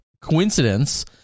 coincidence